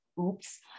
Oops